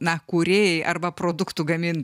na kūrėjai arba produktų gamint